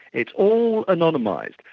it's all anonymised,